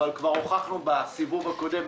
אבל כבר הוכחנו בסיבוב הקודם,